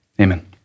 Amen